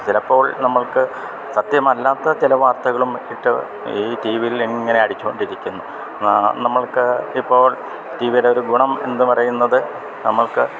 ചിലപ്പോൾ നമ്മൾക്ക് സത്യമല്ലാത്ത ചില വാർത്തകളും ഇട്ട് ഈ ടിവിയിലിങ്ങനെ അടിച്ചോണ്ടിരിക്കുന്നു നമ്മൾക്ക് ഇപ്പോൾ ടിവീടൊര് ഗുണം എന്ന് പറയുന്നത് നമുക്ക്